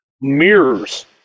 Mirrors